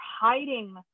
hiding